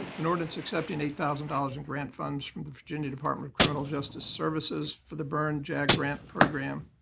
an ordinance accepting eight thousand dollars in grant funds from the virginia department of criminal justice services for the byrne jag grant program,